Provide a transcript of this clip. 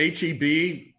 HEB